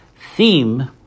theme